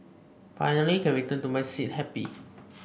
finally can return to my seat happy